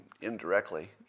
indirectly